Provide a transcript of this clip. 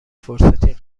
فرصتی